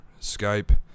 Skype